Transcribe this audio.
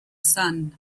sun